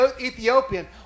Ethiopian